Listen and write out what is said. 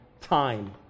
time